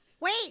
Wait